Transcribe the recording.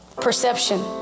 perception